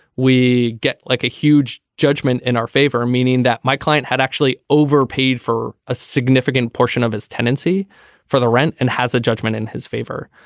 we get like a huge judgment in our favor meaning that my client had actually overpaid for a significant portion of his tenancy for the rent and has a judgment in his favor.